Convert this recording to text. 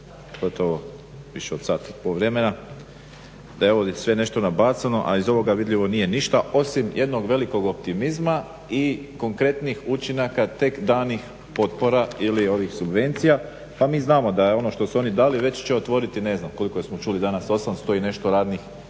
da je ovo sve nešto nabacano, a iz ovoga vidljivo nije ništa osim jednog velikog optimizma i konkretnih učinaka tek danih potpora ili ovih subvencija. Pa mi znamo da je ono što su oni dali već će otvoriti ne znam koliko smo čuli danas 800 i nešto radnih